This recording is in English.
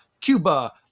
Cuba